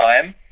time